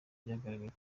byagaragaye